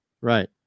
Right